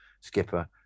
skipper